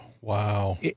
wow